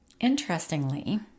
Interestingly